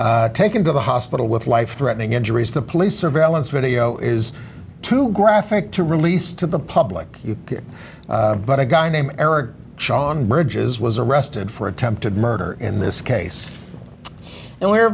blocks taken to the hospital with life threatening injuries the police surveillance video is too graphic to release to the public but a guy named eric shawn bridges was arrested for attempted murder in this case and we're